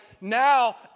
now